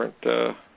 different